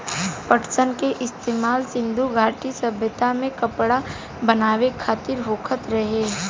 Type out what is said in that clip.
पटसन के इस्तेमाल सिंधु घाटी सभ्यता में कपड़ा बनावे खातिर होखत रहे